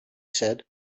said